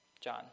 John